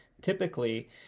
Typically